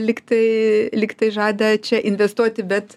lyg tai lyg tai žada čia investuoti bet